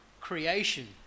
creation